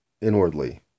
inwardly